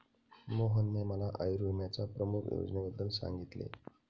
मोहनने मला आयुर्विम्याच्या प्रमुख योजनेबद्दल सांगितले